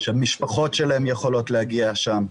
שהמשפחות שלהם יכולות להגיע לשם,